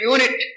Unit